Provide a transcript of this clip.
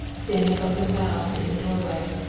standing open-mouthed in the doorway,